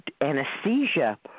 anesthesia